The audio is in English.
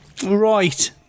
Right